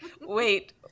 wait